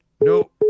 No